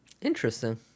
Interesting